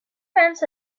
fence